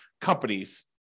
companies